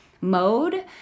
mode